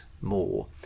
more